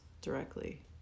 directly